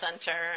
Center